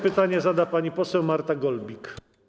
Pytanie zada pani poseł Marta Golbik.